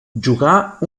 jugà